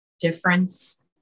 difference